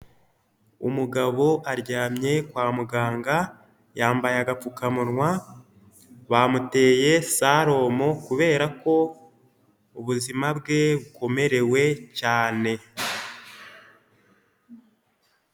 Umugabo aryamye kwa muganga yambaye agapfukamunwa bamuteye salomo kubera ko ubuzima bwe bukomerewe cyane.